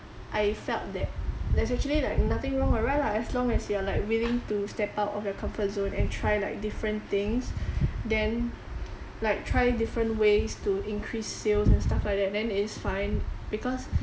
I felt that there's actually like nothing wrong or right lah as long as you are like willing to step out of your comfort zone and try like different things then like try different ways to increase sales and stuff like that and then it's fine because